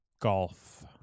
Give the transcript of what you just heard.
Golf